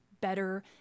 better